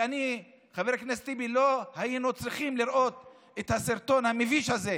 ואני וחבר הכנסת טיבי לא היינו צריכים לראות את הסרטון המביש הזה